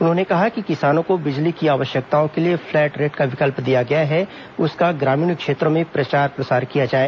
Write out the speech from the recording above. उन्होंने कहा कि किसानों को बिजली की आवश्यकताओं के लिए फ्लैट रेट का विकल्प दिया गया है उसका ग्रामीण क्षेत्रों में प्रचार प्रसार किया जाए